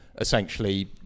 Essentially